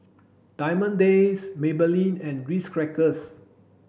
Diamond Days Maybelline and Ritz Crackers